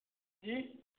जी